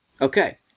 Okay